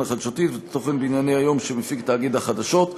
החדשותי ואת התוכן בענייני היום שמפיק תאגיד החדשות.